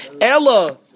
Ella